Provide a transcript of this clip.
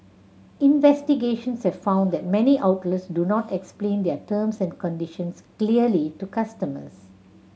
investigations have found that many outlets do not explain their terms and conditions clearly to customers